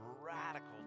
radical